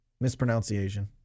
Mispronunciation